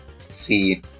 see